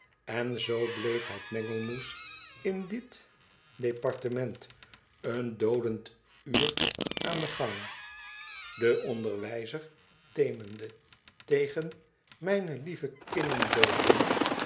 n zoo bleef het mengelmoes in dit departement een doodend uur aan den gan de onderwijzer temende tegen i mijne liieeve kinnnderrrennn